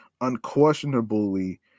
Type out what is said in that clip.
unquestionably